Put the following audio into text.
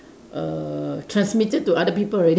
err transmitted to other people already